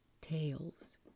tales